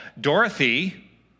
Dorothy